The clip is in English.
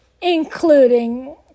including